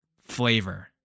flavor